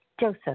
Joseph